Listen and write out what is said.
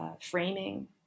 Framing